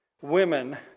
women